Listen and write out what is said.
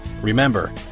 Remember